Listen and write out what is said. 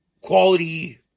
quality